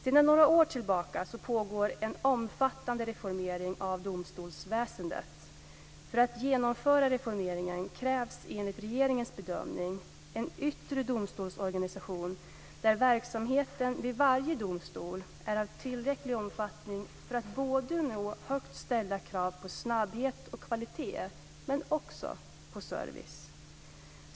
Sedan några år tillbaka pågår en omfattande reformering av domstolsväsendet. För att genomföra reformeringen krävs enligt regeringens bedömning en yttre domstolsorganisation där verksamheten vid varje domstol är av tillräcklig omfattning för att nå högt ställda krav på snabbhet och kvalitet men också på service.